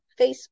Facebook